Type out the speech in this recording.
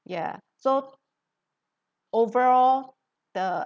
ya so overall the